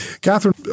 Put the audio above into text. Catherine